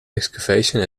excavations